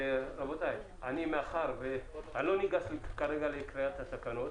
אני לא אגש כרגע לקריאת התקנות